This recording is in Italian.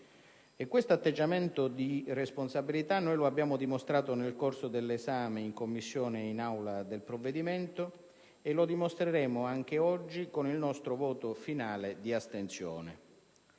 E questo atteggiamento di responsabilità noi lo abbiamo dimostrato nel corso dell'esame del provvedimento in Commissione e in Aula e lo dimostreremo anche oggi con il nostro voto finale di astensione.